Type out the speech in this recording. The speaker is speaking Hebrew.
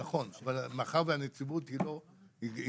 נכון, אבל מאחר שהנציבות היא לא המל"ג,